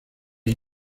est